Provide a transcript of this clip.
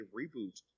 reboot